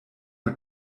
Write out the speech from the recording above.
nur